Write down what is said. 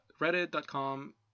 reddit.com